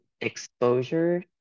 exposure